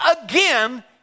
again